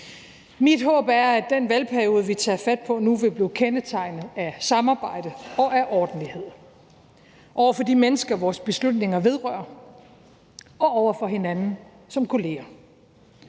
Mit håb er, at den valgperiode, vi tager fat på nu, vil blive kendetegnet ved samarbejde og ved ordentlighed over for de mennesker, vores beslutninger vedrører, og over for hinanden som kolleger.